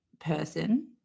person